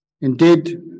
Indeed